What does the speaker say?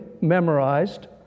memorized